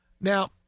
Now